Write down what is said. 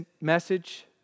message